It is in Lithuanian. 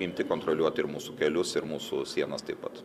imti kontroliuoti ir mūsų kelius ir mūsų sienas taip pat